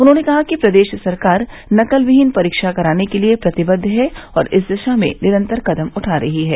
उन्होंने कहा कि प्रदेश सरकार नकलविहीन परीक्षा कराने के लिए प्रतिबद्ध है और इस दिशा में निरन्तर कदम उठा रही है